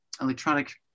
electronic